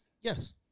Yes